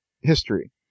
history